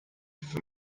from